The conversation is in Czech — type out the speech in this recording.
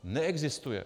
Neexistuje.